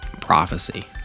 prophecy